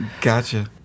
Gotcha